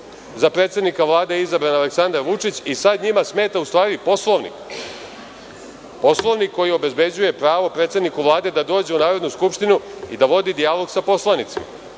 za predsednika Vlade je izabran Aleksandar Vučić i sada njima smeta u stvari Poslovnik. Poslovnik koji obezbeđuje pravo predsedniku Vlade da dođe u Narodnu skupštinu i da vodi dijalog sa poslanicima. Sada